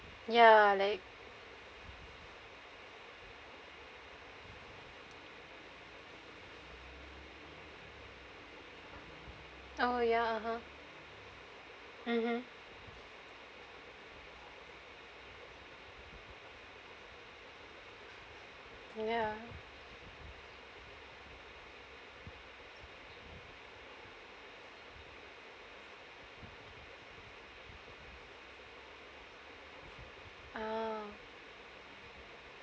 ya like oh ya mmhmm mmhmm ya ah